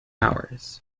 hours